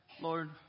Lord